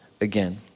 again